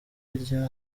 rya